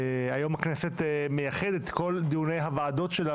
כדאי להגיד שהיום הכנסת מייחדת את כל דיוני הוועדות שלה